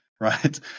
Right